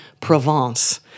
Provence